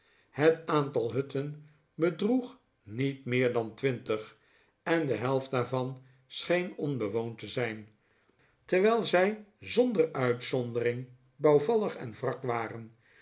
het aantal hutten bedroeg niet meer dan twintig en de helft daar van scheen onbewoond te zijn terwijl zij zonder uitzondering bouwvallig en wrak waren